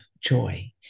joy